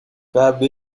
cave